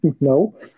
No